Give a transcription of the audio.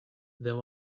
there